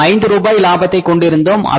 நாம் ஐந்து ரூபாய் லாபத்தை கொண்டிருந்தோம்